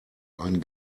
ein